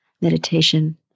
meditation